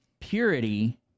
purity